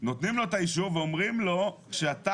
נותנים לו את האישור ואומרים לו שאחרי